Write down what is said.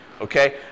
Okay